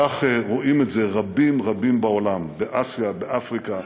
כך רואים את זה רבים רבים בעולם, באסיה, באפריקה,